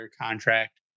contract